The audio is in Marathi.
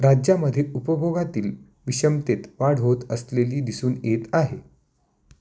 राज्यामध्ये उपभोगातील विषमतेत वाढ होत असलेली दिसून येत आहे